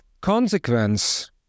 consequence